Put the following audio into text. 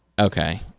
Okay